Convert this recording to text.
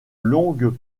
longues